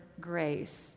grace